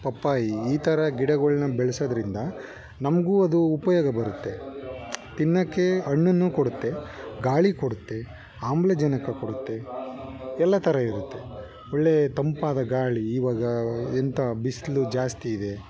ಪಪ್ಪಾಯಿ ಈ ಥರ ಗಿಡಗಳ್ನ ಬೆಳೆಸೋದ್ರಿಂದ ನಮಗೂ ಅದು ಉಪಯೋಗ ಬರುತ್ತೆ ತಿನ್ನಕ್ಕೆ ಹಣ್ಣನ್ನೂ ಕೊಡುತ್ತೆ ಗಾಳಿ ಕೊಡುತ್ತೆ ಆಮ್ಲಜನಕ ಕೊಡುತ್ತೆ ಎಲ್ಲ ಥರ ಇರುತ್ತೆ ಒಳ್ಳೆ ತಂಪಾದ ಗಾಳಿ ಇವಾಗ ಎಂಥ ಬಿಸಿಲು ಜಾಸ್ತಿ ಇದೆ